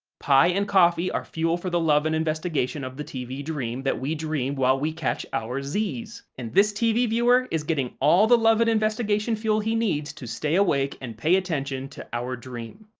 pie and coffee are fuel for the love and investigation of the tv dream that we dream while we catch our z's, and this tv viewer is getting all the love and investigation fuel he needs to stay awake and pay attention to our dream.